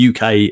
uk